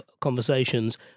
conversations